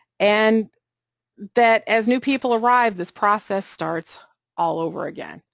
and that as new people arrive this process starts all over again,